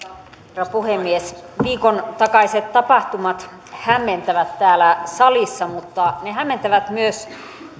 herra puhemies viikon takaiset tapahtumat hämmentävät täällä salissa mutta ne hämmentävät myös